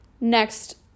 Next